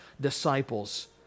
disciples